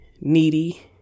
needy